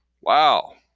Wow